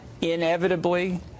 inevitably